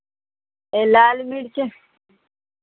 ये लाल मिर्च